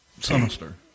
sinister